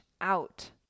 out